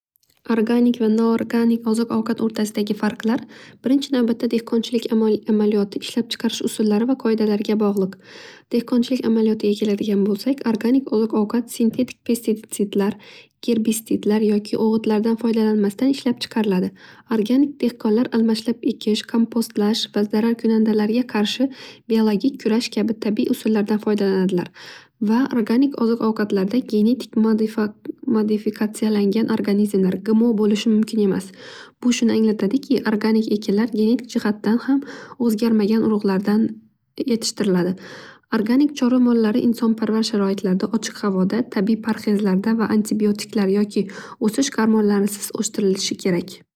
Organik va norganik oziq ovqat o'rtasidagi farqlar birinchidan dehqonchilik amaliyoti ishlab chiqarish usullari va qoidalariga bog'liq dehqonchilik amaliyotiga keladigan bo'lsak organik oziq ovqat sintetik pistetsidlar, gerbistitlar yoki og'itlardan foydalanmasdan ishlab chiqariladi. Organik dehqonlar almashlab ekish, kompostlash va zararkunandalarga qarshi biologik kurash kabi tabiiy usullardan foydalanadilar. Va organik oziq ovqatlarda genetik modifo, modifikatsiyalangan organizmlar gmo bo'lishi mumkin emas. Bu shuni anglatadiki organik ekinlar genetik jihatdan ham o'zgarmagan urug'lardan yetishtiriladi. Organik chorva mollari insonparvar sharoitlarda, ochiq havoda, tabiiy parhezlarda antibiotiklar yoki o'sish gotmonlarisiz o'stirilishi kerak.